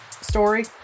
story